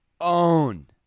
own